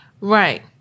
Right